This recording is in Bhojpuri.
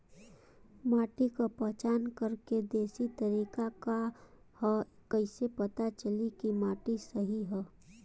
माटी क पहचान करके देशी तरीका का ह कईसे पता चली कि माटी सही ह?